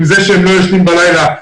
עם זה שהם לא ישנים בלילה.